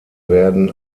werden